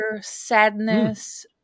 sadness